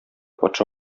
патша